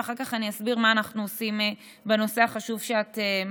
ואחר כך אני אסביר מה אנחנו עושים בנושא החשוב שאת מעלה.